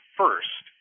first